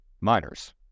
miners